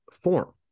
form